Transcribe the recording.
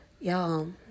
y'all